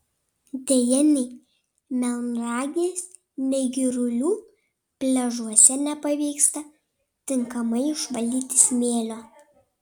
deja nei melnragės nei girulių pliažuose nepavyksta tinkamai išvalyti smėlio